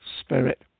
Spirit